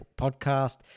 podcast